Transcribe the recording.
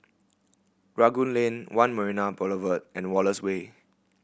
Rangoon Lane One Marina Boulevard and Wallace Way